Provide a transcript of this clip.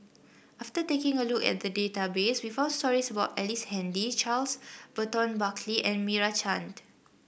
after taking a look at the database we found stories about Ellice Handy Charles Burton Buckley and Meira Chand